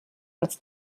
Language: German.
als